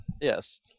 Yes